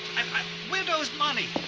um widows' money!